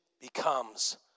becomes